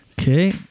Okay